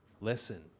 Listen